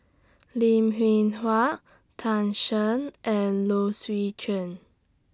Lim Hwee Hua Tan Shen and Low Swee Chen